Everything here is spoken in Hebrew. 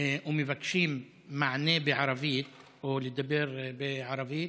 ומבקשים מענה בערבית או לדבר בערבית,